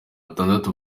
batandatu